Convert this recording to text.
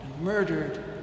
Murdered